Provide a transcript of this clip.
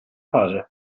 fase